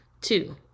Two